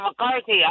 McCarthy